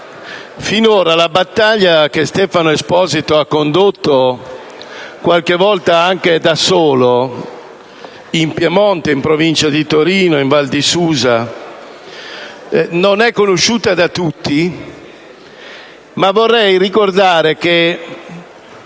finora la battaglia che Stefano Esposito ha condotto, qualche volta anche da solo, in Piemonte, in Provincia di Torino, in Val di Susa, non è conosciuta da tutti. Vorrei ricordare che